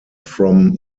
from